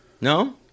No